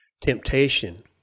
temptation